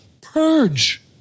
purge